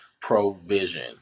provision